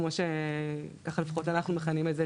כמו לפחות אנחנו מכנים את זה,